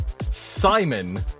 Simon